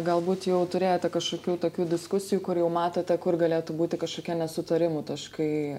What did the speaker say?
galbūt jau turėjote kažkokių tokių diskusijų kur jau matote kur galėtų būti kažkokie nesutarimų taškai